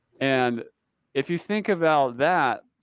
and if you think about that,